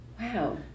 Wow